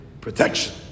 protection